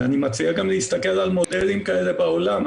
אני מציע להסתכל גם על מודלים כאלה בעולם.